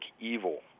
evil